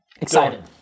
Excited